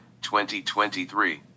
2023